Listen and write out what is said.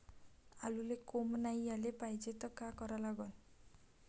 आलूले कोंब नाई याले पायजे त का करा लागन?